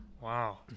Wow